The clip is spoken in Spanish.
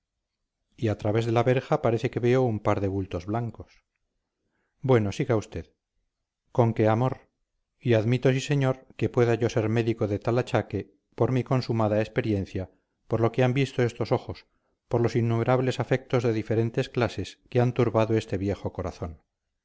y al través de la verja parece que veo un par de bultos blancos bueno siga usted con que amor y admito sí señor que pueda yo ser médico de tal achaque por mi consumada experiencia por lo que han visto estos ojos por los innumerables afectos de diferentes clases que han turbado este viejo corazón